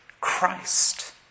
Christ